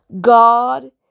God